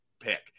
pick